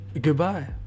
Goodbye